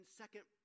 second